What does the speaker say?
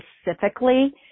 specifically